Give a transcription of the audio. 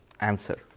answer